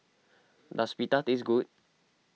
does Pita taste good